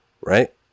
right